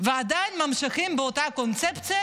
ועדיין ממשיכים באותה הקונספציה,